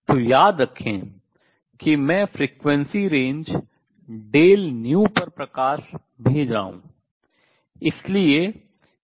तो याद रखें कि मैं frequency range आवृत्ति परिसर पर प्रकाश भेज रहा हूँ